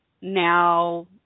now